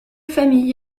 famille